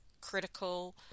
critical